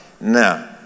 Now